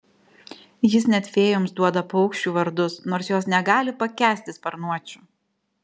jis net fėjoms duoda paukščių vardus nors jos negali pakęsti sparnuočių